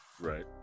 right